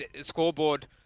Scoreboard